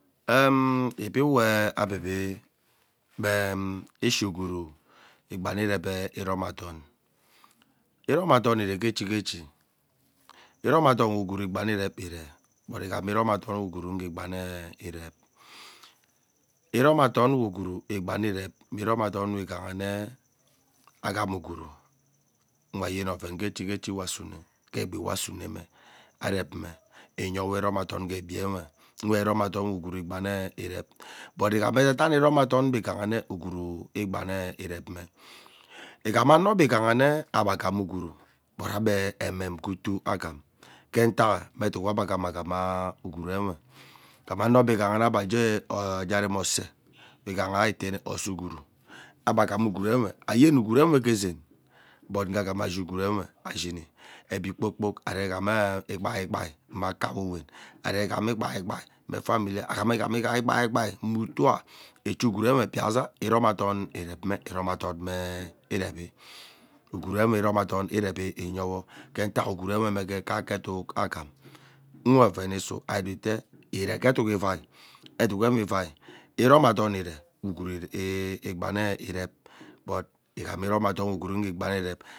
Ibib we abibi mme ishu ugwuru igbane irep irom adom. Iromadom we ugwuru igbani irep iree But igham iromadomwe ugwuru igha gee irep iromadem we ugwuru igbeme irep irom adom we ighaha ye mme agham ugwuru nwe ayen oven gechigechi we asune ke egbi we asun eme arep mme eyewo iro adom egbiwe wwe irongdom egbiwe uwe iromadom we ugwumu ngee igbane irep me igham ano be ighane agham ugwmu but ebe ememgee utuu agham ke atakha mme eduk we ebe agham, aghama ugwum uwe igham ano ebe ighane ebe arem osee ighaha iteene osee ugwuru ugwumwe ayen ugwuruwe gee zeen but nghama ashi ugwura nwe ashimi egbi kpoor kpok ari ghana ikpai kpai mma kamowen ari ghama ikpai kpai mme family ari ighama ikpai kpai mme utuma echi ugwuru biaa iromadom irep mme iromadom mme irevi ugwuru mme iromadom irevi enyewo gee ntak ugwuru uwe mme kaeke eduk agham mme orenwe isuo kiri doata eree ke eduk ivai eduk emme ivai iromadom eree ugwuu ere igbane irep bu-igham irom adom we ugwuru ngere igbane irep.